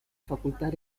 facultad